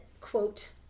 quote